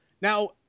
Now